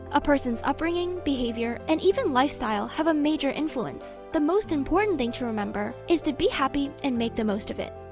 a person's upbringing, behaviour, and even lifestyle have a major influence. the most important thing to remember is to be happy and make the most of it!